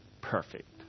perfect